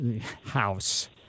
house